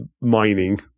mining